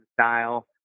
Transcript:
style